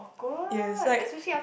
yes like